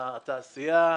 התעשייה,